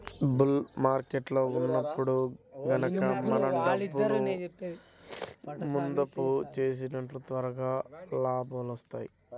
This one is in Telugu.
బుల్ మార్కెట్టులో ఉన్నప్పుడు గనక మనం డబ్బును మదుపు చేసినప్పుడు త్వరగా లాభాలొత్తాయి